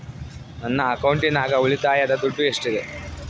ನನ್ನ ಅಕೌಂಟಿನಾಗ ಉಳಿತಾಯದ ದುಡ್ಡು ಎಷ್ಟಿದೆ?